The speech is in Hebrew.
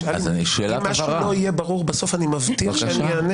אם משהו לא יהיה ברור בסוף אני מבטיח שאני אענה.